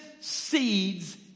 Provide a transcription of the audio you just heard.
seeds